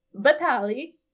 Batali